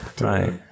right